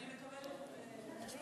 אני מקבלת את עמדת השר.